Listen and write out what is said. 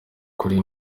kuri